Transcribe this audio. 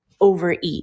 overeat